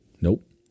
Nope